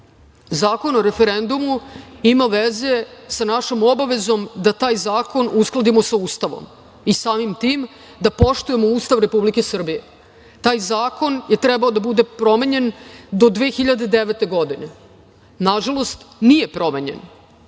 Zakon o referendumu ima veze sa našom obavezom da taj zakon uskladimo sa Ustavom i samim tim da poštujemo Ustav Republike Srbije. Taj zakon je trebalo da bude promenjen do 2009. godine. Nažalost, nije promenjen.